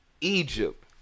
Egypt